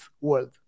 world